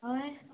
हय